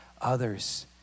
others